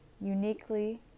uniquely